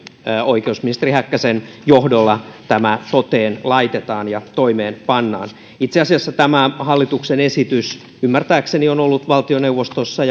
oikeusministeri häkkäsen johdolla tämä toteen laitetaan ja toimeen pannaan itse asiassa tämä hallituksen esitys ymmärtääkseni on ollut valtioneuvostossa